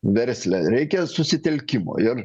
versle reikia susitelkimo ir